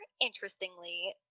interestingly